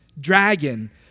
dragon